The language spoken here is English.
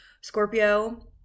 Scorpio